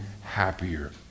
happier